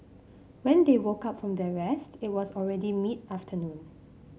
when they woke up from their rest it was already mid afternoon